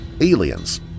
Aliens –